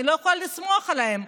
אני לא יכולה לסמוך עליהם,